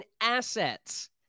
assets